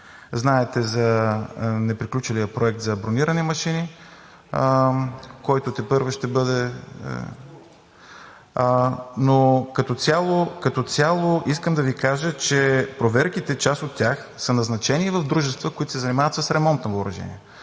Знаете за неприключилия проект за бронирани машини. Но като цяло искам да Ви кажа, че проверките, част от тях са назначени в дружества, които се занимават с ремонт на въоръжение,